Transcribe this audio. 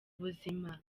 ubuzima